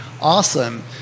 awesome